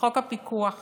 לחוק הפיקוח